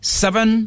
seven